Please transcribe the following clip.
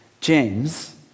James